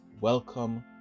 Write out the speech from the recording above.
Welcome